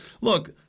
Look